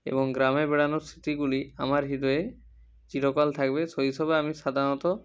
এবং গ্রামে বেড়ানোর স্মৃতিগুলি আমার হৃদয়ে চিরকাল থাকবে শৈশবে আমি সাধারণত